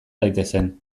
daitezen